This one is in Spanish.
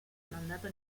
mandato